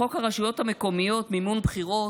חוק הרשויות המקומיות (מימון בחירות)